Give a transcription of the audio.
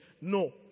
No